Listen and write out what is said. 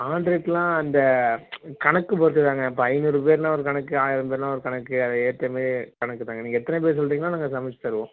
கான்ட்ரேட்லாம் இந்த கணக்கு போட்டுதாங்க இப்போ ஐநூறு பேருனால் ஒரு கணக்கு ஆயிரம் பேருனால் ஒரு கணக்கு அதுக்கு ஏற்ற மாரி கணக்கு தாங்க நீங்கள் எத்தனை பேர் சொல்கிறிங்களோ நாங்கள் சமைச்சி தருவோம்